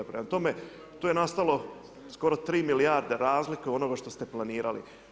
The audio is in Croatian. Prema tome, tu je nastalo, skoro 3 milijarde razlike onoga što ste planirali.